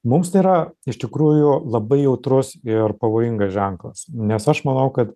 mums tai yra iš tikrųjų labai jautrus ir pavojingas ženklas nes aš manau kad